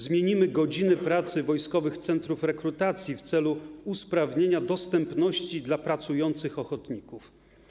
Zmienimy godziny pracy wojskowych centrów rekrutacji w celu usprawnienia dostępności dla pracujących ochotników.